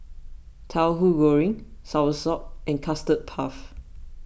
Tauhu Goreng Soursop and Custard Puff